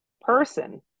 Person